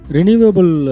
Renewable